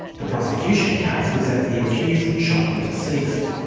the prosecution case was that the accused shot the deceased.